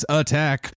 attack